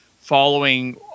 following